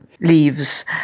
leaves